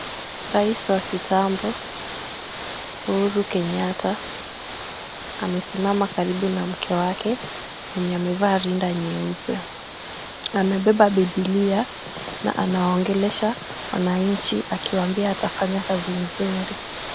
Rais wa kitambo Uhuru Kenyatta, amesimama karibu na mke wake, mwenye amevaa rinda nyeupe. Amebeba Bibilia na anawaongelesha wananchi akiwaambia atafanya kazi mzuri.